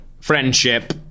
Friendship